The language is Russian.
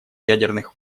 ядерных